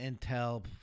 intel